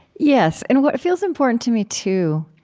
yes, and what feels important to me, too,